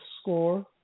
score